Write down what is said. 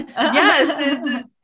Yes